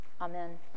Amen